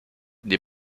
des